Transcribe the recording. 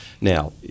Now